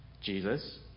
Jesus